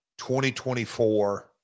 2024